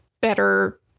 better